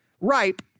ripe